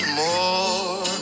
more